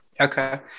Okay